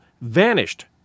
vanished